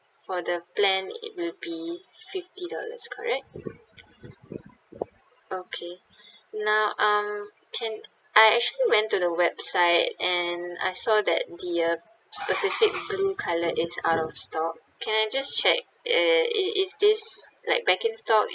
for the plan it will be fifty dollars correct okay now um can I actually went to the website and I saw that the uh pacific blue colour is out of stock can I just check uh is is this like back in stock